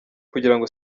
kugirango